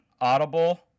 Audible